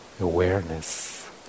awareness